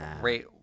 Great